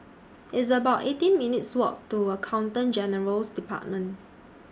It's about eighteen minutes' Walk to Accountant General's department